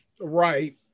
Right